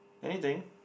anything